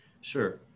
Sure